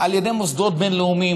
על ידי מוסדות בין-לאומיים,